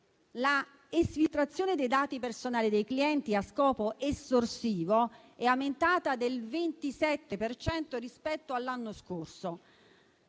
La esfiltrazione dei dati personali dei clienti a scopo estorsivo è aumentata del 27 per cento rispetto all'anno scorso.